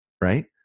right